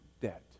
debt